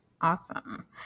Awesome